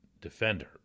defender